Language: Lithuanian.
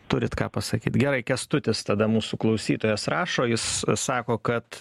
turit ką pasakyt gerai kęstutis tada mūsų klausytojas rašo jis sako kad